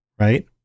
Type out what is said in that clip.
right